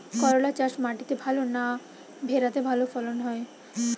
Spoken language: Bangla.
করলা চাষ মাটিতে ভালো না ভেরাতে ভালো ফলন হয়?